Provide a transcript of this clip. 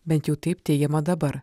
bent jau taip teigiama dabar